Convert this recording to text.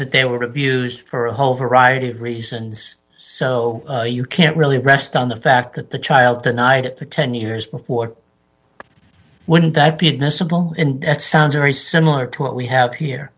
that they were abused for a whole variety of reasons so you can't really rest on the fact that the child denied it for ten years before wouldn't that be admissible and it sounds very similar to what we have here